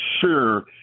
sure—